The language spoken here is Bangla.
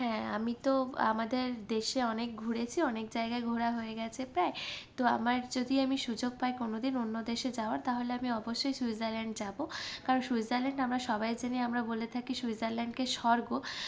হ্যাঁ আমি তো আমাদের দেশে অনেক ঘুরেছি অনেক জায়গায় ঘোরা হয়ে গেছে প্রায় তো আমার যদি আমি সুযোগ পাই কোনো অন্য দেশে যাওয়ার তাহলে আমি অবশ্যই সুইজারল্যান্ড যাবো কারণ সুইজারল্যান্ড আমরা সবাই জানি আমরা বলে থাকি সুইজারল্যান্ড কে স্বর্গ